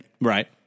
Right